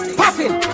popping